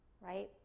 right